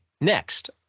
next